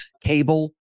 cable